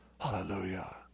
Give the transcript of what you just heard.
Hallelujah